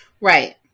Right